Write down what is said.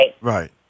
Right